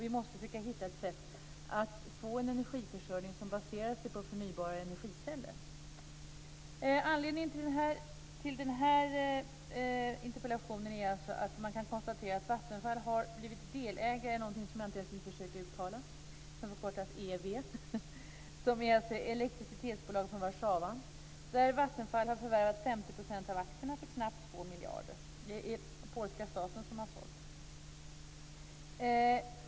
Vi måste försöka hitta ett sätt att få en energiförsörjning som baserar sig på förnybara energikällor. Anledningen till den här interpellationen är alltså att man kan konstatera att Vattenfall har blivit delägare i någonting som jag inte ens försöker uttala, som förkortas EW, ett elektricitetsbolag i Warszawa. Där har Vattenfall förvärvat 50 % av aktierna för knappt 2 miljarder. Det är polska staten som har sålt.